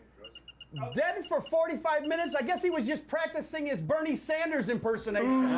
you know dead for forty five minutes? i guess he was just practicing his bernie sanders impersonation.